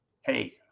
hey